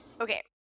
Okay